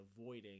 avoiding